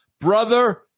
brother